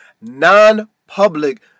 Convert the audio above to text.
non-public